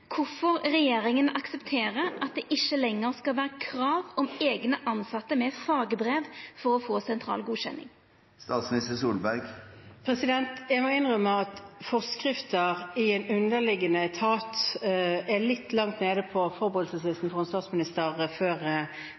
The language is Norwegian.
aksepterer at det ikkje lenger skal vera krav om eigne tilsette med fagbrev for å få sentral godkjenning. Jeg må innrømme at forskrifter i en underliggende etat er litt langt nede på forberedelseslisten for en statsminister før